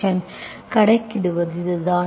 எனவே கணக்கிடுவது இதுதான்